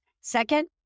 Second